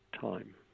time